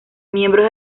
miembros